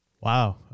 Wow